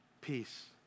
peace